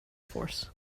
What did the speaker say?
force